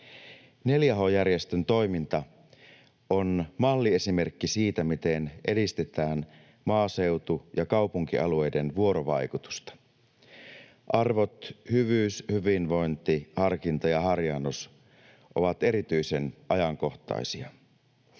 4H-järjestön toiminta on malliesimerkki siitä, miten edistetään maaseutu- ja kaupunkialueiden vuorovaikutusta. Arvot hyvyys, hyvinvointi, harkinta ja harjaannus ovat erityisen ajankohtaisia.